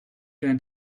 than